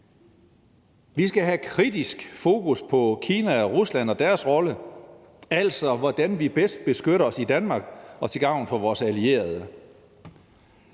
Vi skal have et kritisk fokus på Kina og Rusland og deres roller, altså hvordan vi bedst beskytter os i Danmark og til gavn for vores allierede.